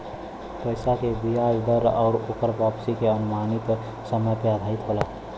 पइसा क बियाज दर आउर ओकर वापसी के अनुमानित समय पे आधारित होला